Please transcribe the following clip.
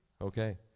okay